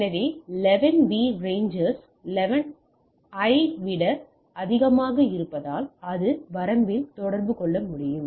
எனவே 11 B ரேஞ்சர்கள் 11 ஐ விட மிக அதிகமாக இருப்பதால் அது அதிக வரம்பில் தொடர்பு கொள்ள முடியும்